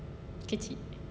kecil